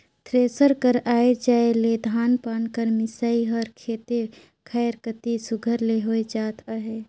thresher कर आए जाए ले धान पान कर मिसई हर खेते खाएर कती सुग्घर ले होए जात अहे